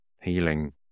healing